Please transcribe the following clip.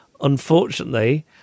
unfortunately